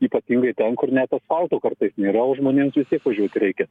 ypatingai ten kur net asfalto kartais nėra o žmonėms vis tiek važiuot reikia